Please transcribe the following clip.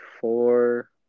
four